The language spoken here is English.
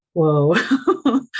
Whoa